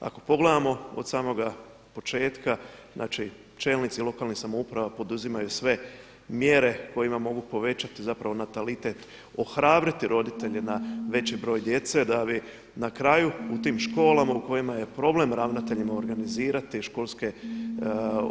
Ako pogledamo od samoga početka, znači čelnici lokalnih samouprava poduzimaju sve mjere kojima mogu povećati zapravo natalitet, ohrabriti roditelje na veći broj djece da bi na kraju u tim školama u kojima je problem ravnateljima organizirati školske